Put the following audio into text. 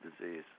disease